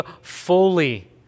fully